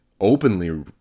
openly